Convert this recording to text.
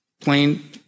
Plain